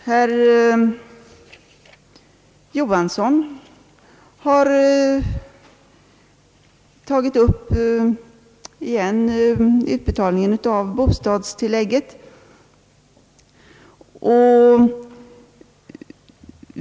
Herr Johansson har igen tagit upp utbetalningen av bostadstillägget.